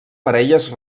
parelles